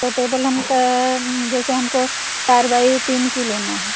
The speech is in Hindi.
तो टेबल हमका जैसे हमको चार बाई तीन की लेना है